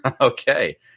Okay